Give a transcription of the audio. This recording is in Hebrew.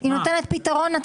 היא נותנת פתרון?